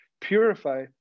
purify